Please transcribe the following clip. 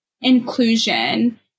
inclusion